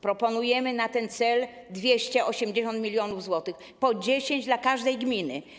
Proponujemy na ten cel 280 mln zł, po 10 dla każdej gminy.